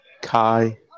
Kai